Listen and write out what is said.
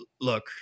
Look